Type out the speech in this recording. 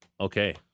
Okay